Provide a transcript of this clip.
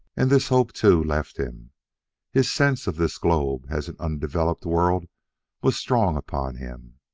and this hope, too, left him his sense of this globe as an undeveloped world was strong upon him.